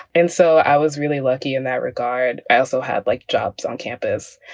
and so i was really lucky in that regard. i also had like jobs on campus.